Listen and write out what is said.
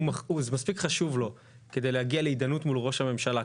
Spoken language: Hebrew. זה מספיק חשוב לו כדי להגיע להתדיינות מול ראש הממשלה,